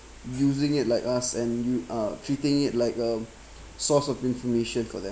using it like us and you are treating it like a source of information for them